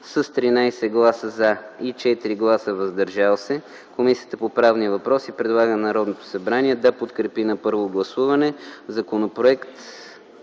с 13 гласа „за” и 4 гласа „въздържали се”, Комисията по правни въпроси предлага на Народното събрание да подкрепи на първо гласуване Законопроект